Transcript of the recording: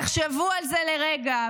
תחשבו על זה לרגע,